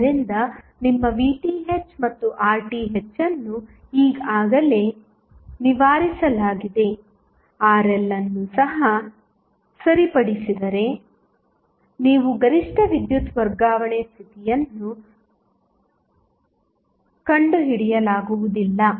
ಆದ್ದರಿಂದ ನಿಮ್ಮ VTh ಮತ್ತು RTh ಅನ್ನು ಈಗಾಗಲೇ ನಿವಾರಿಸಲಾಗಿದೆ RL ಅನ್ನು ಸಹ ಸರಿಪಡಿಸಿದರೆ ನೀವು ಗರಿಷ್ಠ ವಿದ್ಯುತ್ ವರ್ಗಾವಣೆ ಸ್ಥಿತಿಯನ್ನು ಕಂಡುಹಿಡಿಯಲಾಗುವುದಿಲ್ಲ